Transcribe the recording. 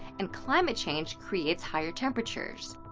and climate change creates higher temperatures.